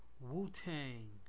Wu-Tang